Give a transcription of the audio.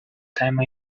time